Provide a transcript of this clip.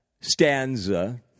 stanza